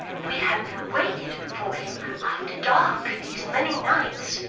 we have waited for him after dark these many nights,